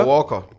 Walker